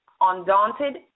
undaunted